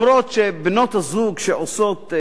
גם אם בנות-הזוג שעושות,